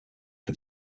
can